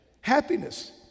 happiness